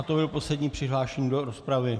To byl poslední přihlášený do rozpravy.